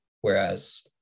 Whereas